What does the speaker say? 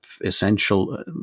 essential